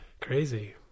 crazy